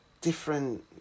different